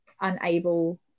unable